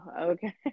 Okay